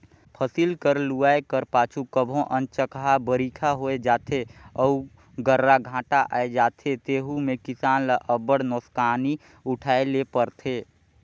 फसिल हर लुवाए कर पाछू कभों अनचकहा बरिखा होए जाथे अउ गर्रा घांटा आए जाथे तेहू में किसान ल अब्बड़ नोसकानी उठाए ले परथे